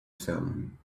filming